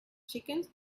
chickens